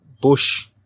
bush